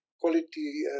quality